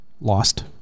lost